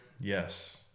Yes